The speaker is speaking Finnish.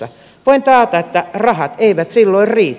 voin taata että rahat eivät silloin riitä